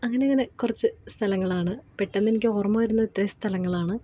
അങ്ങനങ്ങനെ കുറച്ച് സ്ഥലങ്ങളാണ് പെട്ടെന്നെനിക്ക് ഓർമ വരുന്നത് ഇത്രയും സ്ഥലങ്ങളാണ്